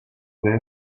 there